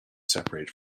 separate